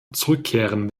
zurückkehren